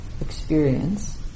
experience